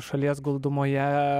šalies glūdumoje